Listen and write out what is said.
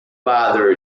father